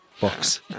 box